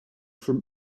from